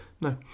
no